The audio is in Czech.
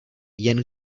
jen